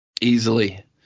Easily